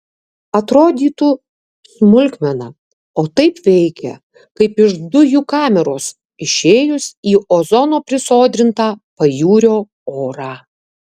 atrodytų smulkmena o taip veikia kaip iš dujų kameros išėjus į ozono prisodrintą pajūrio orą